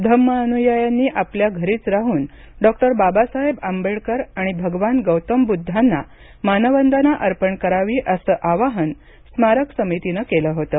धम्मअनुयायांनी आपल्या घरीच राहून डॉक्टर बाबासाहेब आंबेडकर आणि भगवान गौतम बुद्धांना मानवंदना अर्पण करावी असं आवाहन स्मारक समितीनं केलं होतं